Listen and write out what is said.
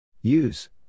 Use